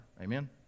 Amen